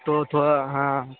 تو تھوڑا ہاں